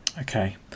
Okay